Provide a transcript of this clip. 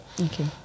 Okay